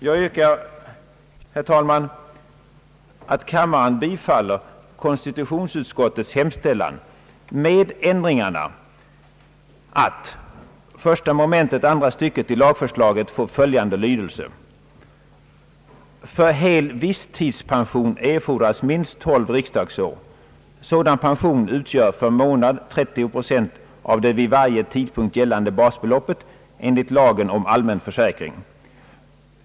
Jag yrkar, herr talman, att kammaren bifaller konstitutionsutskottets hemställan med ändringarna, 30 procent av det vid varje tidpunkt gällande basbeloppet enligt lagen om allmän försäkring.